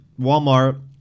Walmart